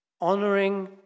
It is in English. Honoring